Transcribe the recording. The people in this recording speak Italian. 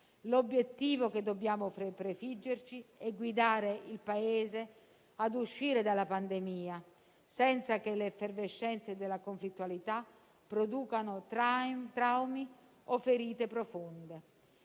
L'obiettivo che dobbiamo prefiggerci è guidare il Paese ad uscire dalla pandemia, senza che le effervescenze della conflittualità producano traumi o ferite profonde.